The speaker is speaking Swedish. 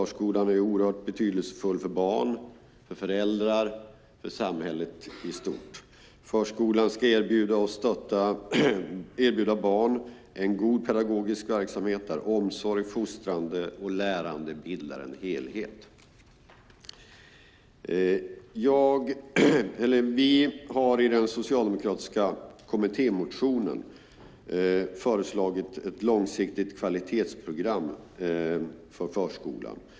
Förskolan är oerhört betydelsefull för barn, för föräldrar och för samhället i stort. Förskolan ska erbjuda barn en god pedagogisk verksamhet där omsorg, fostran och lärande bildar en helhet. Vi har i den socialdemokratiska kommittémotionen föreslagit ett långsiktigt kvalitetsprogram för förskolan.